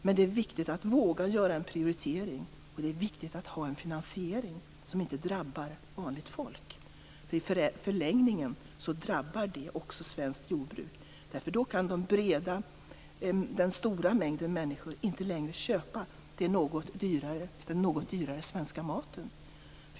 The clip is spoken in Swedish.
Men det är viktigt att våga göra en prioritering och att ha en finansiering som inte drabbar vanligt folk. I förlängningen drabbar det annars också svenskt jordbruk, därför att då kan den stora mängden människor inte längre köpa den något dyrare svenska maten.